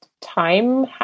time